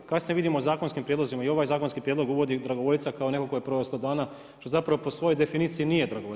Kasnije vidimo u zakonskim prijedlozima i ovaj zakonski prijedlog uvodi dragovoljca kao nekoga tko je proveo 100 dana, što zapravo po svojoj definiciji nije dragovoljac.